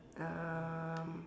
um